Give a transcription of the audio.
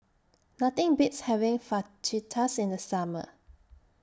Nothing Beats having Fajitas in The Summer